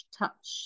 touch